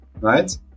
right